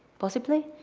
possibly,